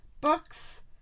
books